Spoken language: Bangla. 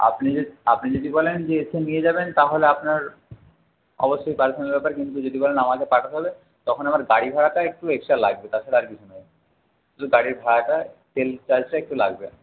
আপনি আপনি যদি বলেন যে এসে নিয়ে যাবেন তাহলে আপনার অবশ্যই পার্সোনাল ব্যাপার কিন্তু যদি বলেন আমাদের পাঠাতে হবে তখন আমার গাড়ি ভাড়াটা একটু এক্সট্রা লাগবে তাছাড়া আর কিছু নয় শুধু গাড়ির ভাড়াটা তেল চার্জটা একটু লাগবে